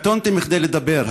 קטונתי מכדי לדבר.